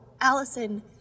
Allison